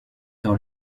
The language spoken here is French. dans